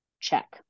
check